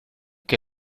que